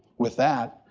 with that,